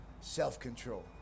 Self-control